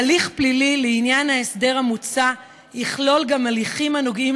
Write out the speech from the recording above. הליך פלילי לעניין ההסדר המוצע יכלול גם הליכים הנוגעים